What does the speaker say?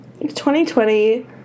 2020